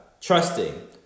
Trusting